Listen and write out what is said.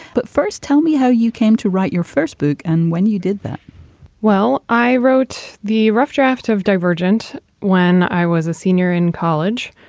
but first, tell me how you came to write your first book and when you did that well, i wrote the rough draft of divergent when i was a senior in college.